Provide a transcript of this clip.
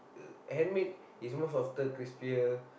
uh handmade is most often crispier